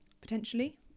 potentially